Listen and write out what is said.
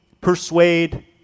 persuade